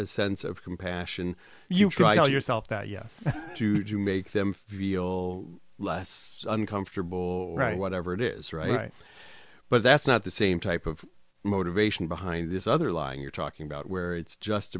a sense of compassion you try to tell yourself that yes to do make them feel less uncomfortable right whatever it is right but that's not the same type of motivation behind this other line you're talking about where it's just